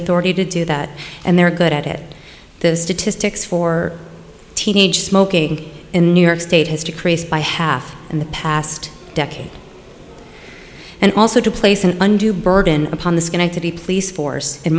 authority to do that and they're good at it the statistics for teenage smoking in new york state has decreased by half in the past decade and also to place an undue burden upon the schenectady police force in